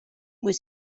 was